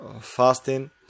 fasting